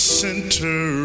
center